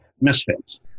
misfits